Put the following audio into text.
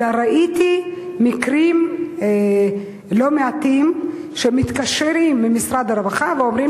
אלא ראיתי מקרים לא מעטים שמתקשרים ממשרד הרווחה ואומרים